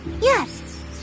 Yes